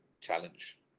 challenge